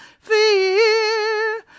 fear